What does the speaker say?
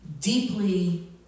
deeply